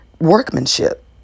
workmanship